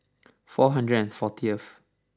four hundred and fourteenth